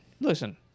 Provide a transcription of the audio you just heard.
listen